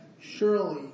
Surely